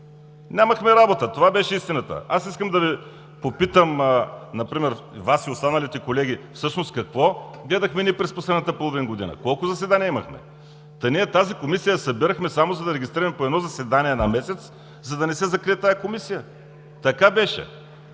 Нямахме работа! Това беше истината. Искам да попитам например Вас и останалите колеги: всъщност какво гледахме през последната половин година, колко заседания имахме? Та, тази Комисия я събирахме, само за да регистрираме по едно заседание на месец, за да не се закрие. Така беше!